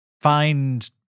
find